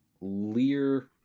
Lear